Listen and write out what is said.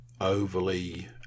overly